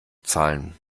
zahlen